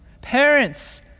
parents